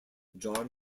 john